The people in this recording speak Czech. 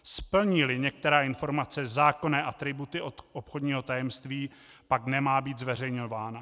Splníli některá informace zákonné atributy obchodního tajemství, pak nemá být zveřejňována.